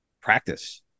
Practice